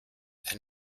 ein